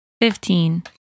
Fifteen